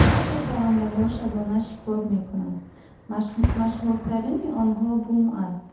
Баъзе паррандаҳо шабона шикор мекунанд. Машҳуртарини онҳо бум аст.